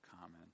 common